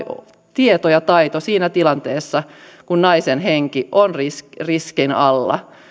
tieto ja taito siinä tilanteessa kun naisen henki on riskin alla